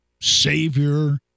savior